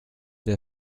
der